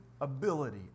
ability